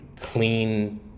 clean